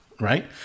right